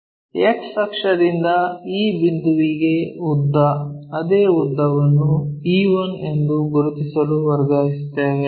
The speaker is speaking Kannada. X ಅಕ್ಷದಿಂದ e ಬಿಂದುವಿಗೆ ಉದ್ದ ಅದೇ ಉದ್ದವನ್ನು e1 ಎಂದು ಗುರುತಿಸಲು ವರ್ಗಾಯಿಸುತ್ತೇವೆ